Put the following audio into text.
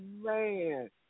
man